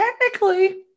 technically